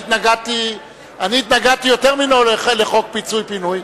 אני התנגדתי יותר ממנו לחוק פינוי-פיצוי,